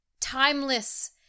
timeless